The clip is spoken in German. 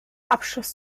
abschluss